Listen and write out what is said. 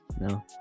no